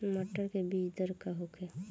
मटर के बीज दर का होखे?